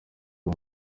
uyu